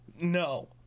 No